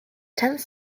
tenth